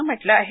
नं म्हटलं आहे